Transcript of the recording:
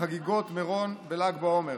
בחגיגות מירון בל"ג בעומר.